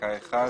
בפסקה (1).